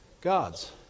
God's